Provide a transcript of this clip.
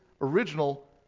original